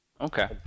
Okay